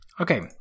Okay